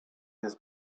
his